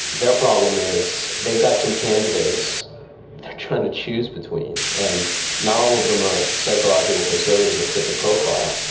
their problem is they've got some candidates they are trying to choose between, and not all of them are psychological conservatives and fit the profile,